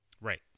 Right